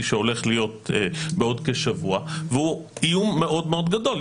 שהולך להיות בעוד כשבוע והוא איום מאוד מאוד גדול.